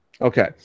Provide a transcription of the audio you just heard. Okay